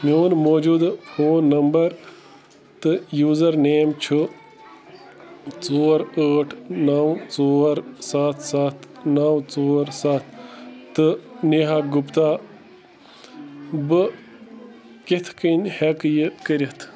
میٛون موجودٕ phone number تہٕ یوزر نیم چھُ ژور ٲٹھ نَو ژور ستھ ستھ نَو ژور ستھ تہٕ نیہا گپتا بہٕ کتھ کٔنۍ ہیٚکہٕ یہِ کٔرتھ